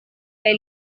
bei